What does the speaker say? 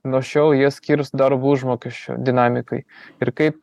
nuo šiol jie skirs darbo užmokesčio dinamikai ir kaip